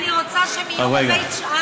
אני רוצה שהם יהיו בבית-שאן.